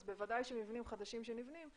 אז בוודאי שמבנים חדשים שנבנים,